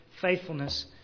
faithfulness